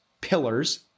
pillars